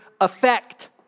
effect